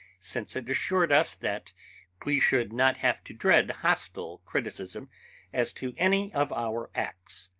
since it assured us that we should not have to dread hostile criticism as to any of our acts.